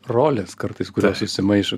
rolės kartais kurios susimaišo